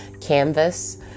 canvas